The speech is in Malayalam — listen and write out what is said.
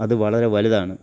അത് വളരെ വലുതാണ്